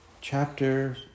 chapter